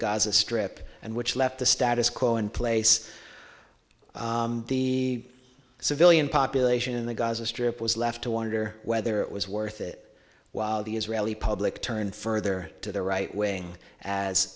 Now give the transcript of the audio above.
gaza strip and which left the status quo in place the civilian population in the gaza strip was left to wonder whether it was worth it while the israeli public turned further to the right wing as